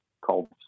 called